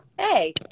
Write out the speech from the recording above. Hey